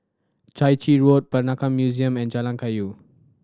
Chai Chee Road Peranakan Museum and Jalan Kayu